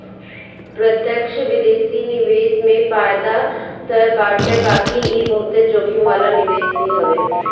प्रत्यक्ष विदेशी निवेश में फायदा तअ बाटे बाकी इ बहुते जोखिम वाला निवेश भी हवे